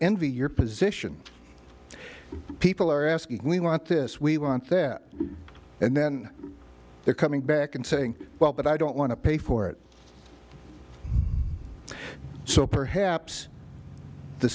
envy your position people are asking if we want this we want that and then they're coming back and saying well but i don't want to pay for it so perhaps the